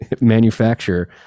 manufacture